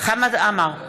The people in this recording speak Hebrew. חמד עמאר,